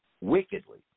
wickedly